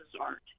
art